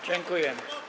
Dziękuję.